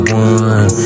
one